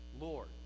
Lord